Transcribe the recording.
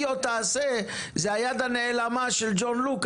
היא עוד תעשה, זו "היד הנעלמה" של ג'ון לוק.